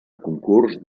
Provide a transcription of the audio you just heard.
concurs